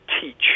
teach